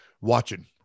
watching